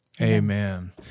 Amen